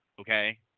okay